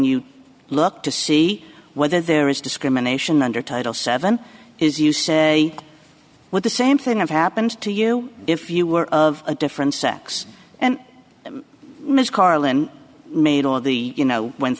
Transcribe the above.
you look to see whether there is discrimination under title seven is you say what the same thing that happened to you if you were of a different sex and ms carlin made all of the you know went